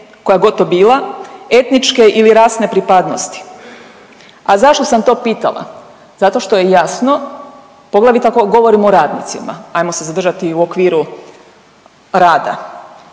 koja god to bila, etničke ili rasne pripadnosti. A zašto sam to pitala? Zato što je jasno poglavito ako govorim o radnicima, hajmo se zadržati u okviru rada.